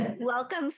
welcome